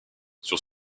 sur